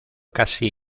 casi